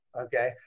okay